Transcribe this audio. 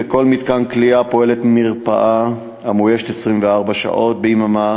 בכל מתקן כליאה פועלת מרפאה המאוישת 24 שעות ביממה